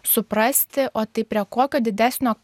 suprasti o tai prie kokio didesnio